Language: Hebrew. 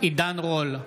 עידן רול,